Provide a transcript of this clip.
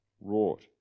wrought